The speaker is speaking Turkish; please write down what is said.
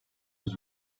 yüz